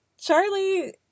Charlie